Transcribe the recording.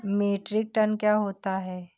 Metric ton क्या होता है?